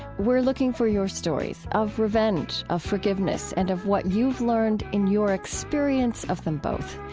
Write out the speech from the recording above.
we're looking for your stories of revenge, of forgiveness, and of what you've learned in your experience of them both.